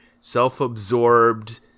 self-absorbed